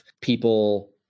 people